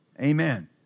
Amen